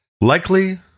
Likely